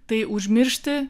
tai užmiršti